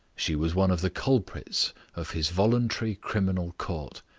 she was one of the culprits of his voluntary criminal court.